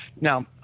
Now